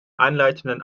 einleitenden